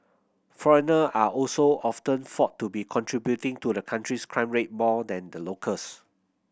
foreigner are also often thought to be contributing to the country's crime rate more than the locals